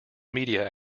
media